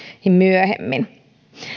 myöhemmin